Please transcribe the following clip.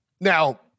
now